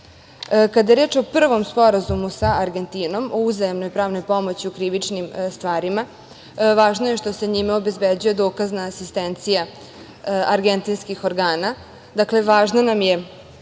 je reč o prvom sporazumu sa Argentinom, o uzajamnoj pravnoj pomoći u krivičnim stvarima, važno je što se njime obezbeđuje dokazna asistencija argentinskih organa. Dakle, važna nam je